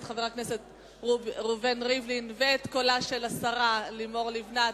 חבר הכנסת ראובן ריבלין ואת קולה של השרה לימור לבנת,